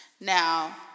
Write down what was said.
Now